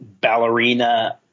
ballerina